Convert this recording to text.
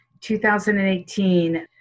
2018